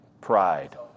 Pride